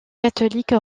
catholique